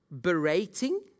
berating